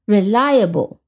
Reliable